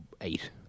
Eight